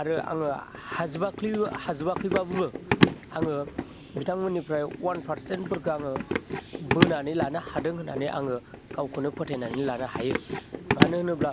आरो आङो हाजोबाख्लै हाजोबखैबाबो आङो बिथांमोननिफ्राय वान फार्सेनफोरखौ आङो बोनानै लानो हादों होनानै आङो गावखौनो फोथायना लानो हायो मानो होनोब्ला